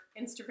Instagram